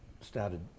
started